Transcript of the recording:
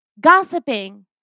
gossiping